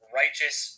righteous